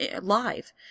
live